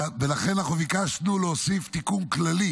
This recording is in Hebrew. לכן אנחנו ביקשנו להוסיף תיקון כללי,